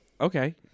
okay